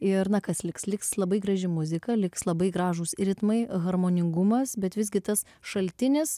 ir na kas liks liks labai graži muzika liks labai gražūs ritmai harmoningumas bet visgi tas šaltinis